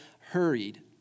hurried